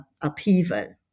upheaval